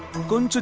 good